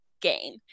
game